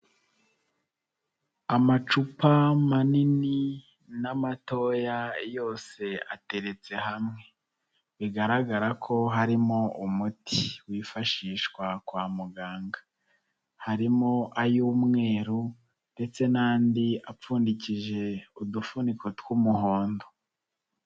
Amacupa manini n'amatoya yose ateretse hamwe. Bigaragara ko harimo umuti wifashishwa kwa muganga. Harimo ay'umweru ndetse n'andi apfundiki udufuniko tw'umuhondo.